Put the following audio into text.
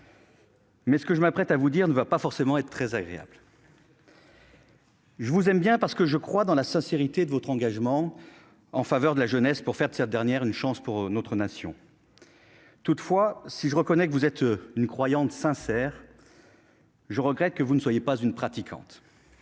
mais ce que je m'apprête à vous dire ne va pas forcément vous être très agréable. Je vous aime bien parce que je crois en la sincérité de votre engagement en faveur de la jeunesse pour faire de cette dernière une chance pour notre Nation. Toutefois, si je reconnais que vous êtes une croyante sincère, je regrette que vous ne soyez pas une pratiquante